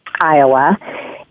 Iowa